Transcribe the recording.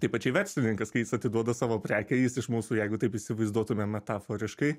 taip pačiai verslininkas kai jis atiduoda savo prekę jis iš mūsų jeigu taip įsivaizduotume metaforiškai